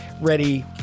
ready